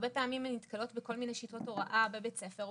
הרבה פעמים הן נתקלות בכל מיני שיטות הוראה בבית הספר או